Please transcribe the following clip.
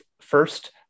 first